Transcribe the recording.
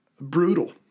brutal